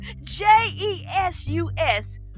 j-e-s-u-s